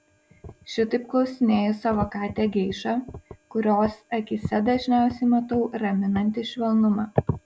šitaip klausinėju savo katę geišą kurios akyse dažniausiai matau raminantį švelnumą